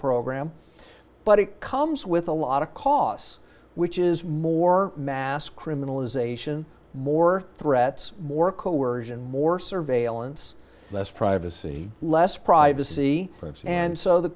program but it comes with a lot of costs which is more mass criminalisation more threats more coersion more surveillance less privacy less privacy and so the